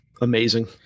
amazing